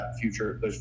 future